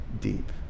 deep